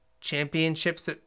Championships